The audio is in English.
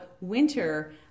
winter